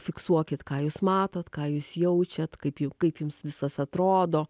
fiksuokit ką jūs matot ką jūs jaučiat kaip jų kaip jums visas atrodo